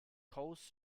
coles